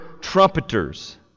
trumpeters